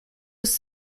was